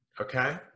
Okay